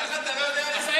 איך, אתה לא יודע לספור?